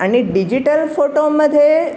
आणि डिजिटल फोटोमध्ये